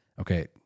okay